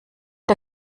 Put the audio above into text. der